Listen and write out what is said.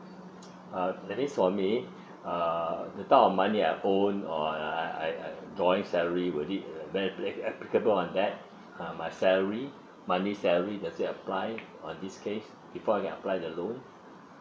uh that is for me uh the type of money I own or I I I drawing salary would be that that that applicable on that uh my salary monthly salary does it apply on this case before I get apply the loan